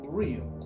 real